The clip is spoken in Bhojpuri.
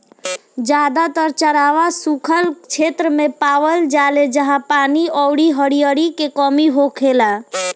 जादातर चरवाह सुखल क्षेत्र मे पावल जाले जाहा पानी अउरी हरिहरी के कमी होखेला